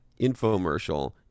infomercial